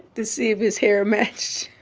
to see if his hair matched.